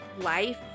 life